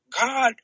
God